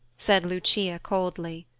said lucia coldly.